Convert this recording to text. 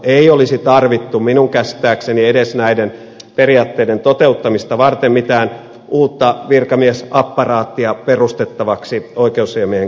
ei olisi tarvittu minun käsittääkseni edes näiden periaatteiden toteuttamista varten mitään uutta virkamiesapparaattia perustettavaksi oikeusasiamiehen kansliaan